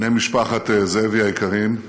בני משפחת זאבי היקרים,